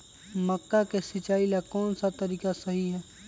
मक्का के सिचाई ला कौन सा तरीका सही है?